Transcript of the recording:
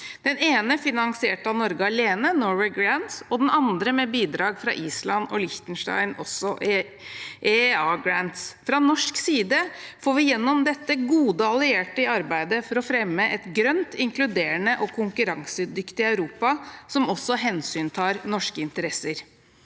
den ene finansiert av Norge alene, «Norway Grants», og den andre, «EEA Grants», med bidrag fra Island og Liechtenstein også. Fra norsk side får vil gjennom dette gode allierte i arbeidet for å fremme et grønt, inkluderende og konkurransedyktig Europa som også hensyntar norske interesser.